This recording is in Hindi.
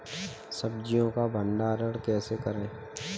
सब्जियों का भंडारण कैसे करें?